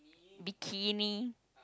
bikini